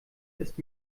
erst